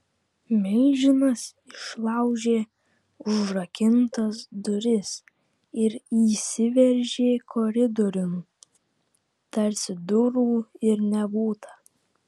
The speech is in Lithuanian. milžinas išlaužė užrakintas duris ir įsiveržė koridoriun tarsi durų ir nebūta